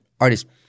Artists